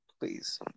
Please